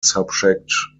subject